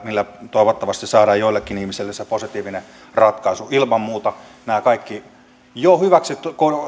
millä toivottavasti saadaan joillekin ihmisille se positiivinen ratkaisu ilman muuta nämä kaikki jo hyväksi